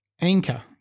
anchor